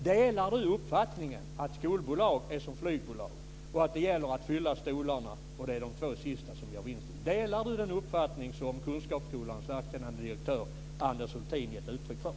Delar han uppfattningen att skolbolag är som flygbolag, att det gäller att fylla stolarna och att det är de två sista som gör vinsten? Delar han den uppfattning som Hultin, gett uttryck för?